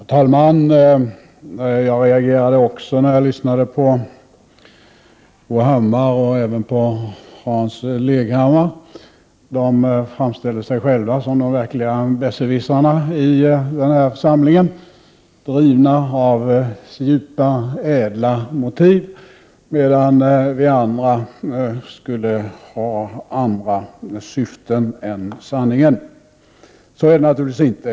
Herr talman! Jag reagerade också när jag lyssnade på Bo Hammar och även på Hans Leghammar. De framställer sig själva som de verkliga besserwissrarna i denna församling, drivna av djupa och ädla motiv medan vi andra skulle ha andra syften än sanningen. Så är det naturligtvis inte.